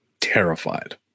terrified